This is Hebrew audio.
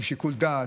בשיקול דעת,